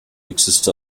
exist